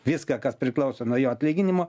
viską kas priklauso nuo jo atlyginimo